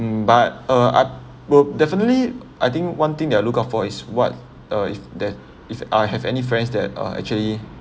hmm but uh I will definitely I think one thing that I look out for is what uh if that if I have any friends that uh actually